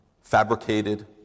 fabricated